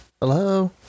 Hello